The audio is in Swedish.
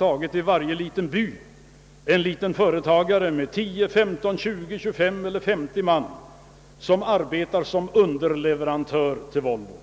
och i varje liten by hitta en liten företagare med 10, 15, 20, 25 eller 50 man som arbetar som underleverantör till Volvo.